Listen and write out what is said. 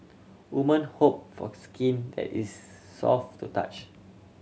woman hope for skin that is soft to touch